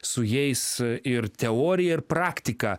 su jais ir teorija ir praktika